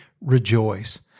rejoice